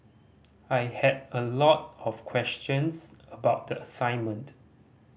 I had a lot of questions about the assignment